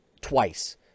twice